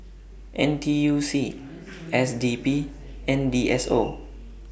N T U C S D P and D S O